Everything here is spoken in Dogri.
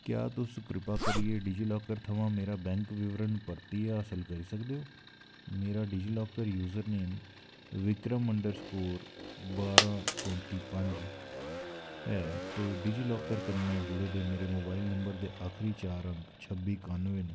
क्या तुस कृपा करियै डिजिलॉकर थमां मेरा बैंक विवरण परतियै हासल करी सकदे ओ मेरा DigiLocker username Vikram underscore बारां चौंत्ती पंज ऐ ते डिजिलॉकर कन्नै जुड़े दे मेरे मोबाइल नंबर दे आखरी चार अंक छब्बी कानुऐ न